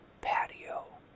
patio